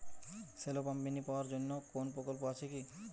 Shallow pump mini power জন্য কোনো প্রকল্প আছে কি?